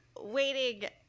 waiting